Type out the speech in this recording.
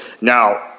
now